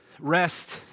Rest